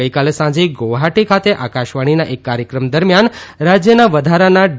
ગઇકાલે સાંજે ગુવાહાટી ખાતે આકાશવાણીના એક કાર્યક્રમ દરમિયાન રાજ્યના વધારાના ડી